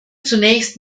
zunächst